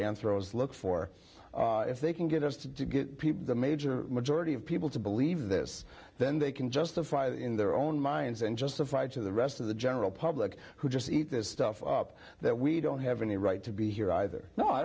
throws look for if they can get us to to get people the major majority of people to believe this then they can justify that in their own minds and justified to the rest of the general public who just eat this stuff up that we don't have any right to be here either no i